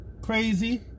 Crazy